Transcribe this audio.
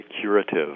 curative